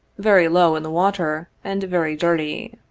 very low in the water, and very dirty.